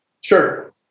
Sure